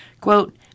Quote